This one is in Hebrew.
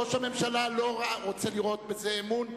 ראש הממשלה לא רוצה לראות בזה אמון,